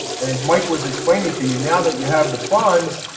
and as mike was explaining to you now that you have the funds,